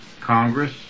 Congress